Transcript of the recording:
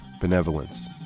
benevolence